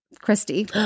Christy